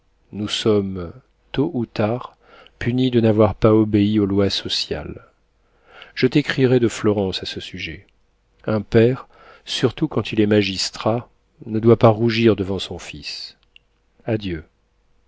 nous sommes tôt ou tard punis de n'avoir pas obéi aux lois sociales je t'écrirai de florence à ce sujet un père surtout quand il est magistrat ne doit pas rougir devant son fils adieu